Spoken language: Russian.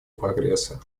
прогресса